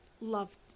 loved